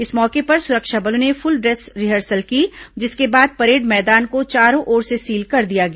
इस मौके पर सुरक्षा बलों ने फुल ड्रेस रिहर्सल की जिसके बाद परेड मैदान को चारों ओर से सील कर दिया गया